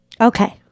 Okay